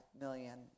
million